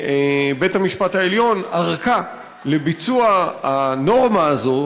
מבית המשפט העליון ארכה לביצוע הנורמה הזו,